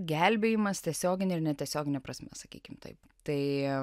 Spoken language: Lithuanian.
gelbėjimas tiesiogine ir netiesiogine prasme sakykim taip tai